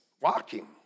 walking